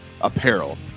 apparel